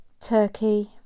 Turkey